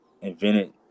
invented